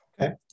Okay